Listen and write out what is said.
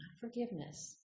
forgiveness